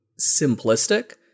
simplistic